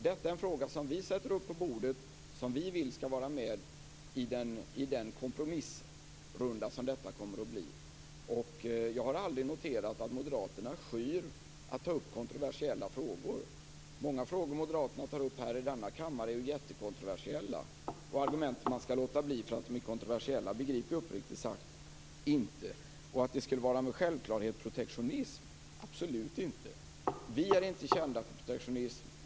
Detta är en fråga som vi sätter upp på bordet och som vi vill ha med i den kompromissrunda som det här kommer att bli. Jag har aldrig noterat att moderaterna skyr att ta upp kontroversiella frågor. Många frågor moderaterna tar upp här i denna kammare är ju jättekontroversiella. Argumentet att man skall låta bli därför att de är kontroversiella begriper jag uppriktigt sagt inte. Och att detta med självklarhet skulle vara protektionism stämmer absolut inte! Vi är inte kända för protektionism.